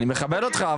אני מכבד אותך,